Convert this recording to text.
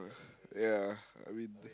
ya I mean